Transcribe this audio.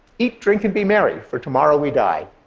eat, drink and be merry, for tomorrow we die.